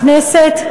הכנסת,